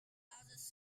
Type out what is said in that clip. largest